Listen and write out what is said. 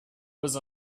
was